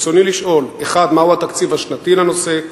רצוני לשאול: 1. מה הוא התקציב השנתי לנושא?